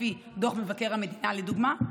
לפי דוח מבקר המדינה, לדוגמה,